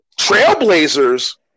Trailblazers